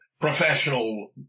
professional